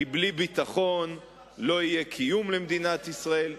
כי בלי ביטחון לא יהיה קיום למדינת ישראל.